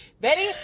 Betty